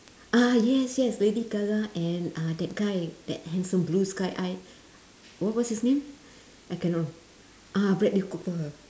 ah yes yes lady gaga and uh that guy that handsome blue sky eye wh~ what's his name I ah bradley cooper